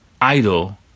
Idol